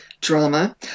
drama